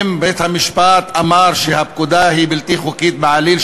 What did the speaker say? ואם בית-המשפט אמר שהפקודה היא בלתי חוקית בעליל,